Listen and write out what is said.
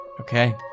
Okay